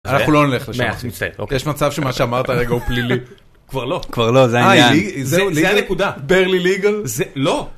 אנחנו לא נלך לשם, יש מצב שמה שאמרת הרגע הוא פלילי. כבר לא... כבר לא, זה העניין. זה, זה נקודה. ברלי ליגל? לא.